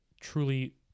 truly